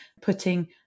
putting